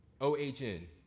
O-H-N